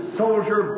soldier